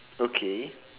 okay